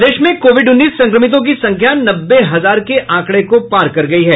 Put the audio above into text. प्रदेश में कोविड उन्नीस संक्रमितों की संख्या नब्बे हजार के आंकड़े को पार कर गयी है